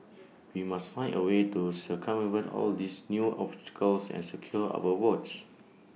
we must find A way to circumvent all these new obstacles and secure our votes